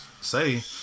say